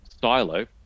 silo